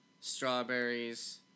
Strawberries